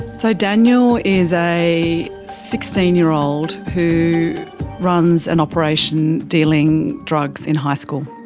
so daniel is a sixteen year old who runs an operation dealing drugs in high school,